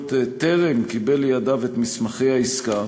התקשורת טרם קיבל לידיו את מסמכי העסקה.